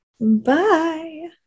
Bye